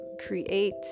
create